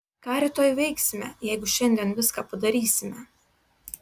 ką rytoj veiksime jeigu šiandien viską padarysime